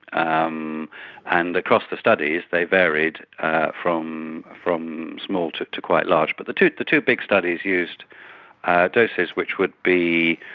um and across the studies they varied from from small to to quite large. but the two the two big studies used doses which would be